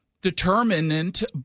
determinant